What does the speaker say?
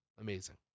Amazing